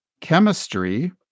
chemistry